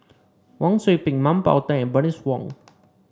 Wang Sui Pick Mah Bow Tan and Bernice Wong